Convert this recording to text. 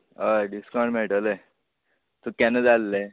हय डिसकावँट मेळटले तुक केन्ना जाय आल्हे